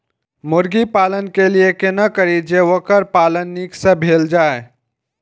मुर्गी पालन के लिए केना करी जे वोकर पालन नीक से भेल जाय?